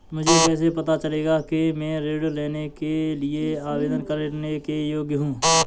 मुझे कैसे पता चलेगा कि मैं ऋण के लिए आवेदन करने के योग्य हूँ?